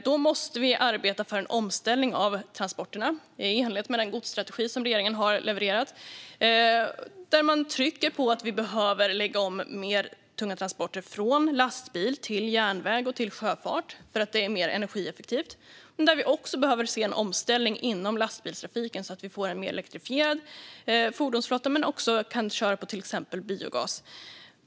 Då måste vi arbeta för en omställning av transporterna i enlighet med den godsstrategi som regeringen har levererat, där man trycker på att vi behöver lägga om mer tunga transporter från lastbil till järnväg och till sjöfart för att det är mer energieffektivt. Vi behöver också se en omställning inom lastbilstrafiken, så att vi får en mer elektrifierad fordonsflotta och så att man även ska kunna köra på till exempel biogas.